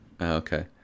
okay